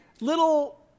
little